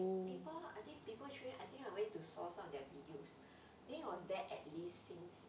like people I think people trained I think I went to saw some of their videos then it was there at least since